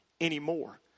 anymore